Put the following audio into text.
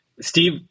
Steve